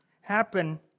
happen